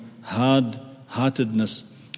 hard-heartedness